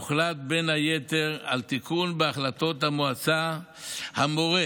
הוחלט בין היתר על תיקון החלטת המועצה המורה